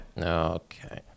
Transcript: Okay